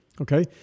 okay